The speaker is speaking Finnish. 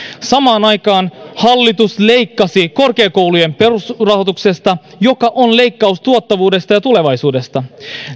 samaan aikaan hallitus leikkasi korkeakoulujen perusrahoituksesta joka on leikkaus tuottavuudesta ja tulevaisuudesta